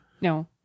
No